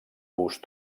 bust